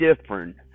different